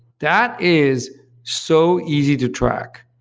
that is so easy to track.